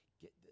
get